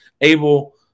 able